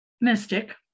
mystic